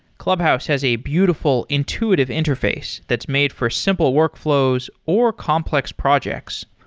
clubhouse has a beautiful intuitive interface that's made for simple workflows or complex projects.